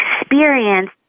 experience